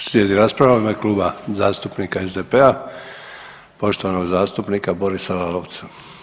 Slijedi rasprava u ime Kluba zastupnika SDP-a, poštovanog zastupnika Borisa Lalovca.